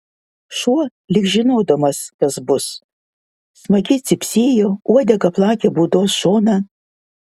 šuo lyg žinodamas kas bus smagiai cypsėjo uodega plakė būdos šoną